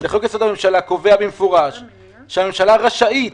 לחוק-יסוד: הממשלה קובע במפורש שהממשלה רשאית